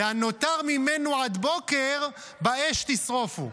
"והנֹתר ממנו עד בֹקר באש תשרֹפו".